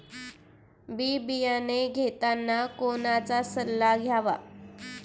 बी बियाणे घेताना कोणाचा सल्ला घ्यावा?